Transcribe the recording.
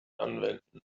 anwenden